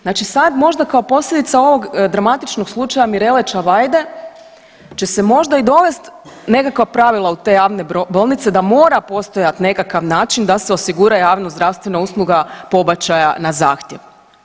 Znači sad možda kao posljedica ovog dramatičnog slučaja Mirele Čavajde će se možda i dovesti nekakva pravila u te javne bolnice da mora postojati nekakav način da se osigura javnozdravstvena usluga pobačaja na zahtjev.